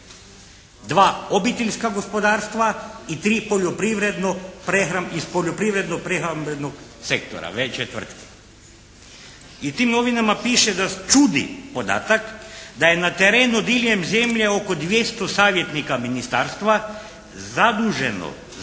Dva obiteljska gospodarstva i 3 poljoprivredno, iz poljoprivredno-prehrambenog sektora veće tvrtke. I u tim novinama piše da, čudni podatak da je na terenu diljem zemlje oko 200 savjetnika Ministarstva zaduženo za